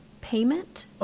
payment